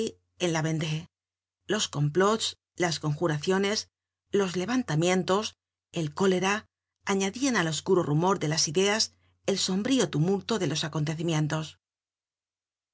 en la vendée los complots las conjuraciones los levantamientos el cólera añadian al oscuro rumor de las ideas el sombrío tumulto de los acontecimientos